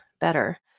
Better